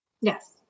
Yes